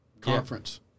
conference